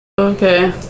Okay